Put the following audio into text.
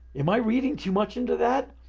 am i reading too much into that,